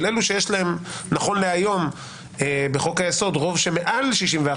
אלו שיש להם נכון להיום בחוק היסוד רוב שמעל 61,